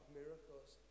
miracles